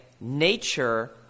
nature